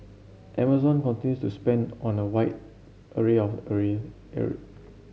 Amazon continues to spend on a wide area of area